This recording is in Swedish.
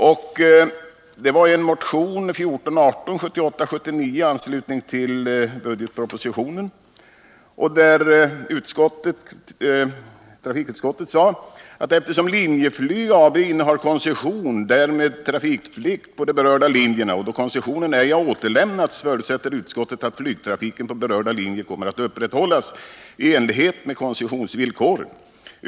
Med anledning av motion 1978/79:1418 skrev trafikutskottet: ”Eftersom Linjeflyg AB innehar koncession, därmed trafikplikt, på de berörda linjerna och då koncessionen ej har återlämnats, förutsätter utskottet att flygtrafiken på berörda linjer kommer att upprätthållas i enlighet med koncessionsvillkoren.